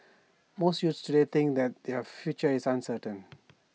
most youths today think that their future is uncertain